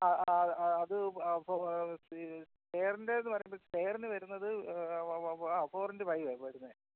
ആ ആ അത് സ്റ്റെയറിൻ്റെ എന്ന് പറയേണ്ട സ്റ്റെയറിന്ന് വരുന്നത് ആ ഫോറ് ഇൻ്റു ഫൈവാ വരുന്നത്